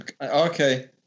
Okay